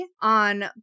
on